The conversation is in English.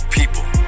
people